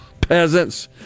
peasants